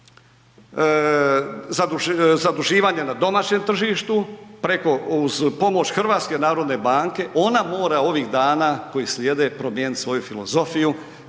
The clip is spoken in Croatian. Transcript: zaduživanja na domaćem tržištu preko, uz pomoć Hrvatske narodne banke, ona mora ovih dana koji slijede promijenit svoju filozofiju,